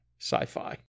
sci-fi